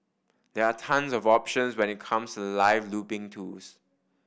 there are tons of options when it comes to live looping tools